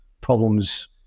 problems